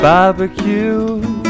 Barbecue